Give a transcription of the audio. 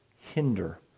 hinder